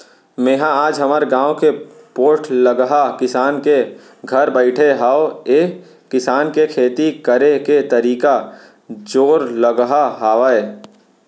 मेंहा आज हमर गाँव के पोठलगहा किसान के घर बइठे हँव ऐ किसान के खेती करे के तरीका जोरलगहा हावय